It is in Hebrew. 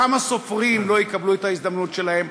כמה סופרים לא יקבלו את ההזדמנות שלהם,